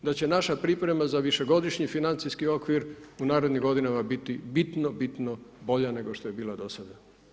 Nadam se da će naša priprema za višegodišnji financijski okvir u narednim godinama biti bitno, bitno bolja nego što je bila do sada.